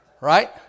Right